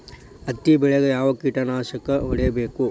ಹತ್ತಿ ಬೆಳೇಗ್ ಯಾವ್ ಕೇಟನಾಶಕ ಹೋಡಿಬೇಕು?